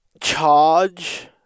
charge